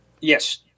Yes